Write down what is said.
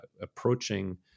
approaching